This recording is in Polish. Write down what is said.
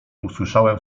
usłyszałem